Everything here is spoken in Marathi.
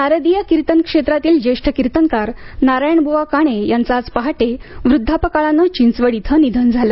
नारदीय कीर्तन क्षेत्रांतील ज्येष्ठ कीर्तनकार नारायण ब्वा काणे यांचे आज पहाटे वृद्धापकाळाने चिंचवड इथं निधन झाले